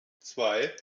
zwei